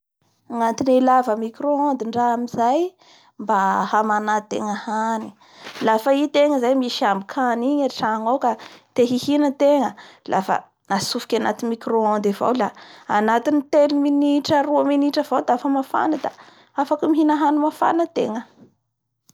Ny votoantony ny fampiasa azy io moa fangala vovoky, amin'ny toera tsy azon'ny kofafa, abanimbanin'ny raha agny, agnabo egny ii!